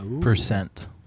Percent